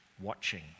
watching